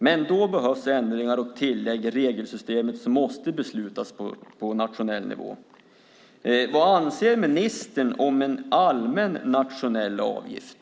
Men då behövs ändringar och tillägg i regelsystemet som måste beslutas om på nationell nivå. Vad anser ministern om en allmän nationell avgift?